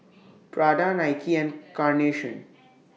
Prada Nike and Carnation